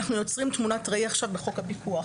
ואנחנו יוצרים עכשיו תמונת ראי בחוק הפיקוח.